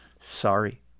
Sorry